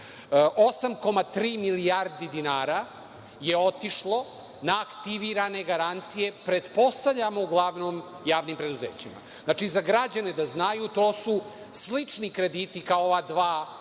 8,3 milijardi dinara je otišlo na aktivirane garancije, pretpostavljam uglavnom javnim preduzećima. Znači, za građane da znaju to su slični krediti kao ova dva za